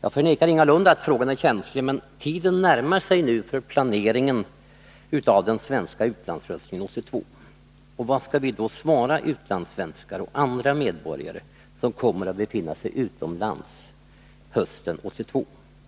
Jag förnekar ingalunda att frågan är känslig, men tiden närmar sig för planeringen av den svenska utlandsröstningen 1982. Vad skall vi svara utlandssvenskar och andra medborgare som kommer att befinna sig utomlands hösten 1982?